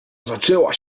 zaczęła